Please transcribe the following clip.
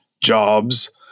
jobs